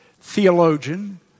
theologian